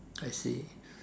I see